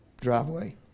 driveway